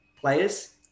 players